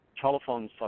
telephone